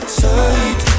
tight